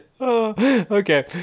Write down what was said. okay